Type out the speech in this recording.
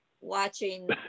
Watching